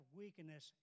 weakness